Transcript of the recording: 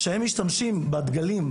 שהם משתמשים בדגלים,